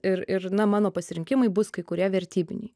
ir ir na mano pasirinkimai bus kai kurie vertybiniai